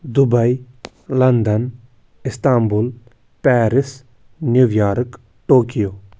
Dubai London Istanbul Paris New York Tokyo